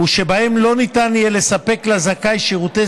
ושבהם לא ניתן יהיה לספק לזכאי שירותי